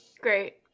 Great